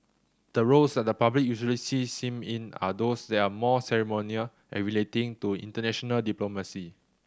the roles that the public usually sees him in are those that are more ceremonial and relating to international diplomacy